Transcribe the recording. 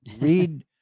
read